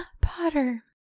Potter